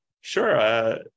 Sure